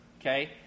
okay